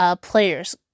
players